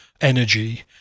energy